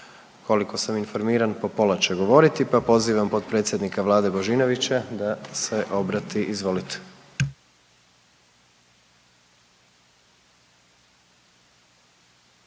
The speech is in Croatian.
Koliko sam informiran po pola će govoriti, pa pozivam potpredsjednika Vlade Božinovića da se obrati. Izvolite.